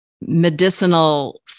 medicinal